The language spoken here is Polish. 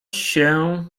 się